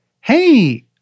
hey